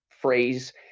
phrase